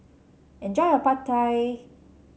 enjoy your Pad Thai